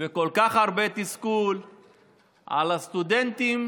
וכל כך הרבה תסכול על הסטודנטים